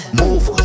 move